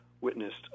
witnessed